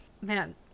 Man